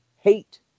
hate